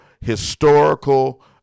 historical